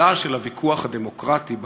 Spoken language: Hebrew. אלא של הוויכוח הדמוקרטי בכנסת".